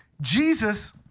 Jesus